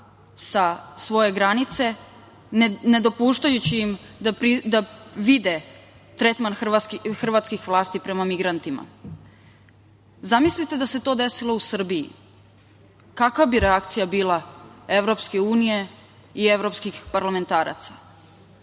sa svoje granice, ne dopuštajući im da vide tretman hrvatskih vlasti prema migrantima. Zamislite da se to desilo u Srbiji? Kakva bi reakcija bila EU i evropskih parlamentaraca?